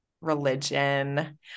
religion